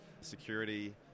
security